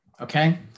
Okay